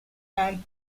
and